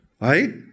right